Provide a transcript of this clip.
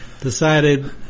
decided